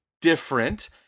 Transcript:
different